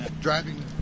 driving